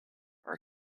are